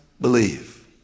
believe